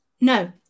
No